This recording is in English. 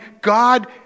God